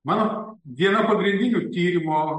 mano viena pagrindinių tyrimo